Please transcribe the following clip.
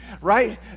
right